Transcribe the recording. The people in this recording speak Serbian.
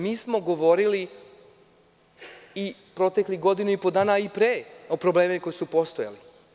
Mi smo govorili i proteklih godinu i po dana, a i pre o problemima koji su postojali.